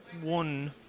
one